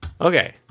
Okay